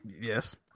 Yes